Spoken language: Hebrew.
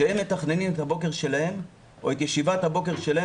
שהם מתכננים את הבוקר שלהם או את ישיבת הבוקר שלהם